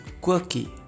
Quirky